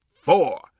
four